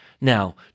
Now